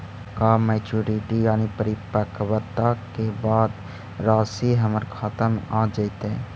का मैच्यूरिटी यानी परिपक्वता के बाद रासि हमर खाता में आ जइतई?